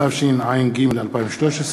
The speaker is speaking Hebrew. התשע"ג 2013,